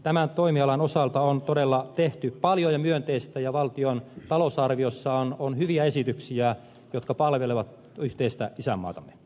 tämän toimialan osalta on todella tehty paljon ja myönteistä ja valtion talousarviossa on hyviä esityksiä jotka palvelevat yhteistä isänmaatamme